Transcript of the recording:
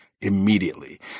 immediately